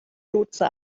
lotse